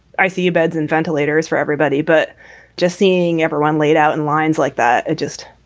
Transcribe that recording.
i see beds and ventilators for everybody, but just seeing everyone laid out in lines like that. it just